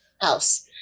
house